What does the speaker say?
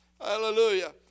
Hallelujah